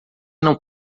não